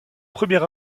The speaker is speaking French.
premier